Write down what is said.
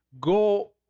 go